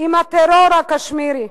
עם הטרור הקשמירי.